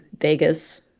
Vegas